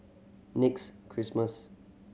next Christmas